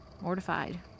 Mortified